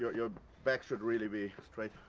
your. your back should really be straight.